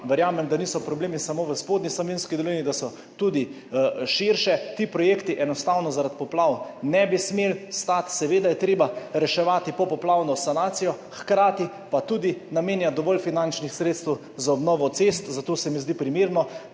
Verjamem, da niso problemi samo v Spodnji Savinjski dolini, da so tudi širše. Ti projekti enostavno zaradi poplav ne bi smeli stati. Seveda je treba reševati popoplavno sanacijo, hkrati pa tudi namenjati dovolj finančnih sredstev za obnovo cest. Zato se mi zdi primerno,